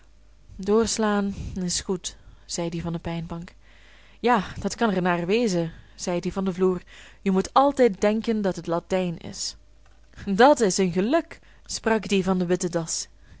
doorslaan is goed zei die van de pijnbank ja dat kan er naar wezen zei die van den vloer je moet altijd denken dat het latijn is dat s één geluk sprak die van de witte das